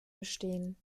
bestehen